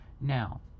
Now